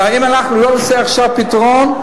אם לא נמצא עכשיו פתרון,